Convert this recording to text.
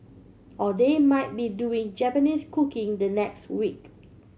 or they might be doing Japanese cooking the next week